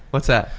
what's that?